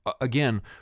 again